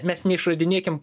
mes neišradinėkim